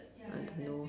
I don't know